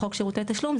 בחוק שירותי תשלום,